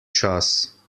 čas